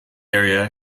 area